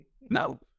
No